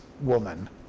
woman